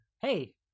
Hey